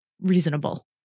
reasonable